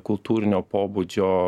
kultūrinio pobūdžio